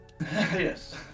Yes